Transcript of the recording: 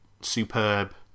superb